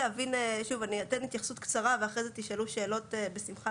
אני אתן התייחסות קצרה ואחרי זה תשאלו שאלות בשמחה,